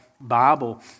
Bible